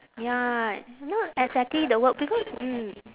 ya not exactly the work because mm